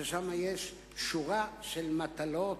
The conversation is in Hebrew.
ששם יש שורה של מטלות,